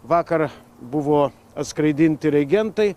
vakar buvo atskraidinti reagentai